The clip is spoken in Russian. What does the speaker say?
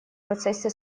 процессе